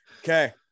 Okay